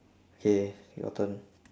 K your turn